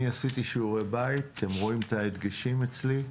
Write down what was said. אני עשיתי שיעורי בית, אתם רואים את ההדגשים אצלי.